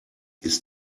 ist